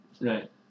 Right